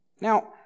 Now